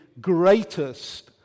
greatest